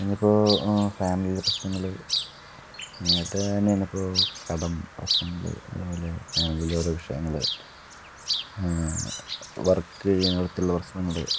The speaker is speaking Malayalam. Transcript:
അതിനിപ്പോൾ ഫാമിലിലെ പ്രശ്നങ്ങൾ നേരിട്ട് തന്നെ ഇപ്പോൾ കട പ്രശ്നങ്ങൾ അതുപോലെ ഫാമിലിലെ ഓരോ വിഷയങ്ങൾ വർക്ക് ചെയ്യുന്നിടത്തുള്ള പ്രശ്നങ്ങൾ